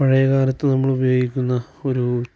പഴയ കാലത്ത് നമ്മൾ ഉപയോഗിക്കുന്ന ഒരു